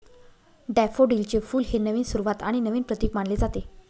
डॅफोडिलचे फुल हे नवीन सुरुवात आणि नवीन प्रतीक मानले जाते